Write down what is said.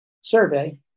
survey